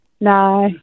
no